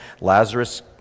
Lazarus